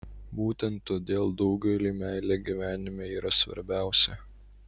būtent todėl daugeliui meilė gyvenime yra svarbiausia